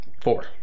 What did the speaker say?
four